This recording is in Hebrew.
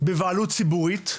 בבעלות ציבורית,